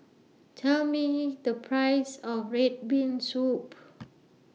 Tell Me The Price of Red Bean Soup